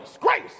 Grace